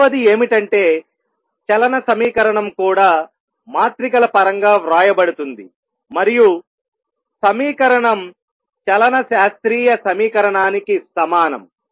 రెండవది ఏమిటంటే చలన సమీకరణం కూడా మాత్రికల పరంగా వ్రాయబడుతుంది మరియు సమీకరణం చలన శాస్త్రీయ సమీకరణానికి సమానం